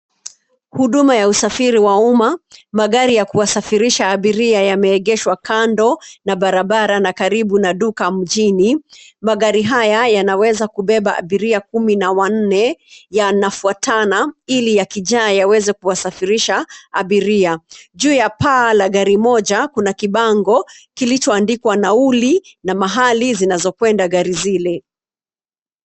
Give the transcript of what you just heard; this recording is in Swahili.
Huduma ya usafiri wa umma, magari ya kuwasafirisha abiria yameegeshwa kando na barabara na karibu na duka mjini. Magari haya yanaweza kubeba abiria kumi na wanne yanafuatana ili yakijaa yaweze kuwasafirisha abiria. Juu ya paa la gari moja kuna kibango kilichoandikwa nauli na mahali zinazokwenda gari zile.